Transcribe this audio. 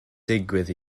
digwydd